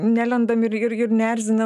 nelendam ir ir neerzinam